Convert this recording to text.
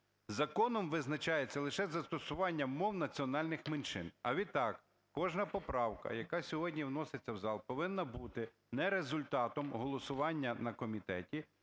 Законом визначається лише застосування мов національних меншин. А відтак кожна поправка, яка сьогодні вноситься в зал, повинна бути не результатом голосування на комітеті,